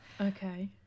Okay